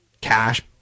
Cash